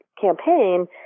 campaign